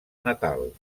natal